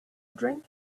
drink